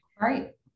Right